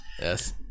yes